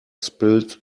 spilled